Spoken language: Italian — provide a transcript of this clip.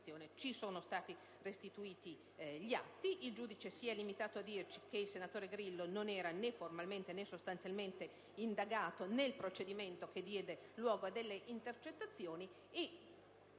Ci sono stati restituiti gli atti: il giudice si è limitato a dirci che il senatore Grillo non era né formalmente né sostanzialmente indagato nel procedimento che diede luogo a delle intercettazioni;